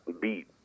beat